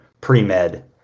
pre-med